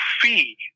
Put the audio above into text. fee